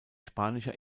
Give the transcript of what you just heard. spanischer